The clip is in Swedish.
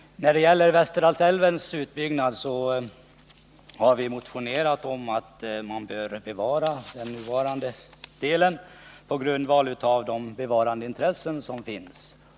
I fråga om Västerdalälvens utbyggnad har vi motionerat om att man bör lämna älven orörd på grund av bevarandeintressena.